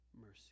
mercy